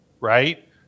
right